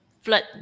flood